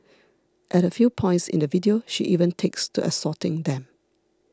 at a few points in the video she even takes to assaulting them